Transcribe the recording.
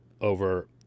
over